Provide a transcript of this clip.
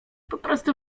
poprostu